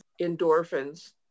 endorphins